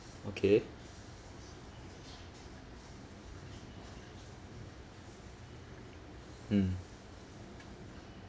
okay mm